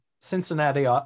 cincinnati